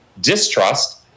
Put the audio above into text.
distrust